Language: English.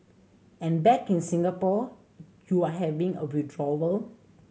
and back in Singapore you're having a withdrawal